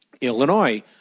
Illinois